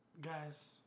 guys